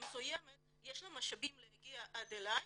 המסוימת יש משאבים להגיע עד אליי,